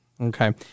Okay